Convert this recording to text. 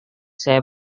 saya